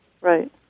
Right